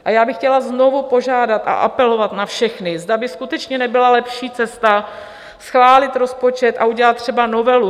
A já bych chtěla znovu požádat a apelovat na všechny, zda by skutečně nebyla lepší cesta schválit rozpočet a udělat třeba novelu.